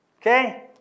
okay